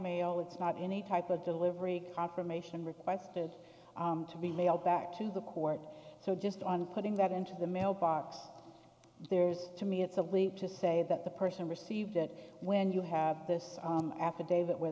mail it's not any type of delivery confirmation requested to be mailed back to the court so just on putting that into the mailbox there's to me it's a leap to say that the person received it when you have this affidavit where